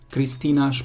Kristina